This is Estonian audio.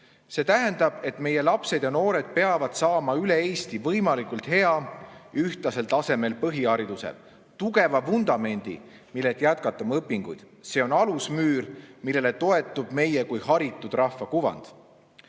See tähendab, et meie lapsed ja noored peavad saama üle Eesti võimalikult hea, ühtlasel tasemel põhihariduse – tugeva vundamendi, millelt jätkata oma õpinguid. See on alusmüür, millele toetub meie kui haritud rahva kuvand.